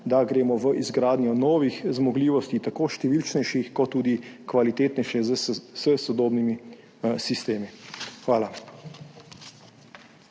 da gremo v izgradnjo novih zmogljivosti, tako številčnejših kot tudi kvalitetnejše s sodobnimi sistemi. Hvala.